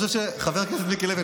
חבר הכנסת מיקי לוי,